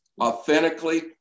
authentically